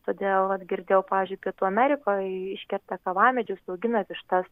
todėl vat girdėjau pavyzdžiui pietų amerikoj iškerta kavamedžius augina vištas